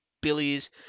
Billy's